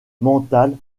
mentale